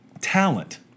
talent